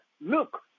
Look